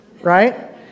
right